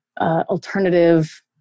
alternative